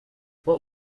what